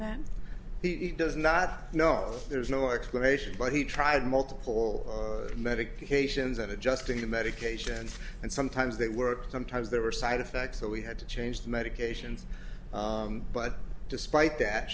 that he does not know there's no explanation but he tried multiple medications and adjusting the medications and sometimes they worked sometimes they were side effects so we had to change the medications but despite that